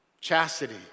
chastity